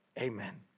Amen